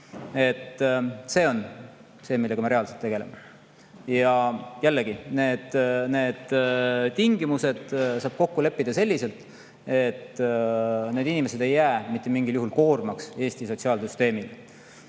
See on see, millega me reaalselt tegeleme. Ja jällegi, need tingimused saab kokku leppida selliselt, et need inimesed ei jää mitte mingil juhul koormaks Eesti sotsiaalsüsteemile. Mis